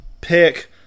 pick